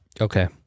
Okay